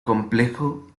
complejo